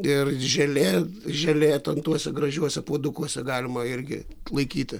ir želė želė tuose gražiuose puodukuose galima irgi laikyti